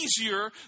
easier